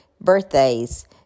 birthdays